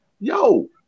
yo